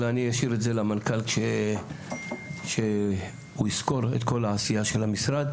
אבל אני אשאיר את זה למנכ"ל שהוא יסקור את כל העשייה של המשרד.